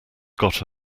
got